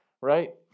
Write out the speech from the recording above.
right